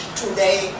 today